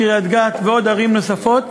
קריית-גת וערים נוספות.